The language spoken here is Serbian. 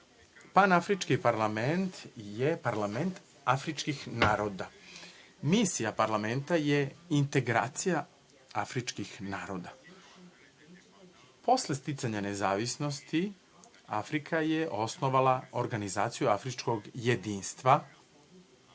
zahvalni. Panafrički parlament je parlament afričkih naroda. Misija parlamenta je integracija afričkih naroda. Posle sticanja nezavisnosti Afrika je osnovala organizaciju afričkog jedinstva